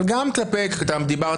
אבל גם כלפי מה שדיברת,